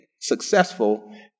successful